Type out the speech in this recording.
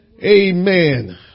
Amen